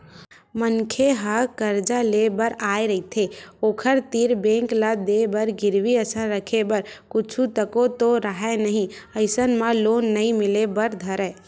मनखे ह करजा लेय बर आय रहिथे ओखर तीर बेंक ल देय बर गिरवी असन रखे बर कुछु तको तो राहय नइ अइसन म लोन नइ मिले बर धरय